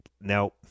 Now